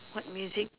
what music